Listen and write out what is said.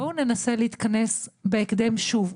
בואו ננסה להתכנס בהקדם שוב,